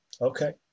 okay